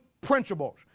principles